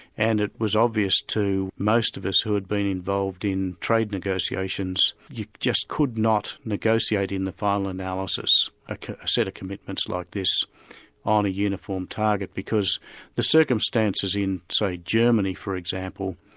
and it was obvious to most of us who had been involved in trade negotiations, you just could not negotiate in in the final analysis a set of commitments like this on a uniform target because the circumstances in, say, germany for example,